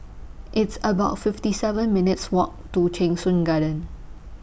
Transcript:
It's about fifty seven minutes' Walk to Cheng Soon Garden